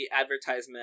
advertisement